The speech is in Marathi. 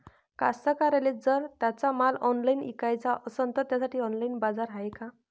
कास्तकाराइले जर त्यांचा माल ऑनलाइन इकाचा असन तर त्यासाठी ऑनलाइन बाजार हाय का?